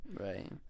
Right